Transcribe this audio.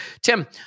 Tim